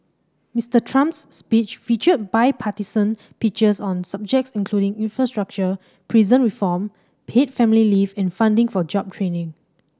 Mister Trump's speech featured bipartisan pitches on subjects including infrastructure prison reform paid family leave and funding for job training